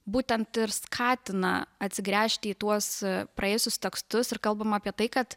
būtent ir skatina atsigręžti į tuos praėjusius tekstus ir kalbama apie tai kad